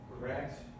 correct